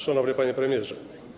Szanowny Panie Premierze!